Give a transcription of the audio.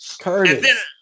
Curtis